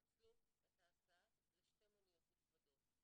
תפצלו את ההסעה לשתי מוניות נפרדות,